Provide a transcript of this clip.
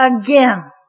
again